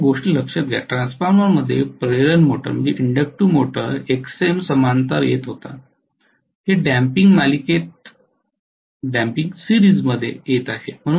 कृपया एक गोष्ट लक्षात घ्या ट्रान्सफॉर्मरमध्ये प्रेरण मोटर Xm समांतर येत होता हे डम्पिंग मालिकेत येत आहे